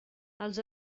els